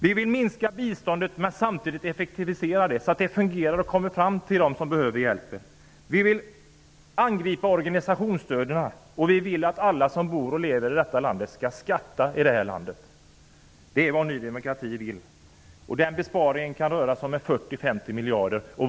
Vi vill minska biståndet men samtidigt effektivisera det, så att det kommer fram till dem som behöver hjälpen. Vi vill angripa organisationsstöden. Vi vill att alla som bor och lever i detta land skall betala skatt här. Detta är vad Ny demokrati vill. Besparingen kan röra sig om 40--50 miljarder.